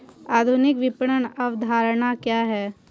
आधुनिक विपणन अवधारणा क्या है?